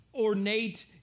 ornate